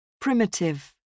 primitive